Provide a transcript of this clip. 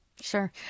Sure